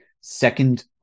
second